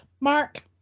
Mark